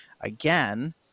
again